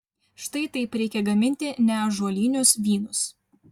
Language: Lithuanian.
štai taip reikia gaminti neąžuolinius vynus